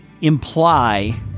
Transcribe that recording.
imply